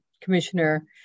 commissioner